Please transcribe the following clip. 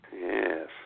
Yes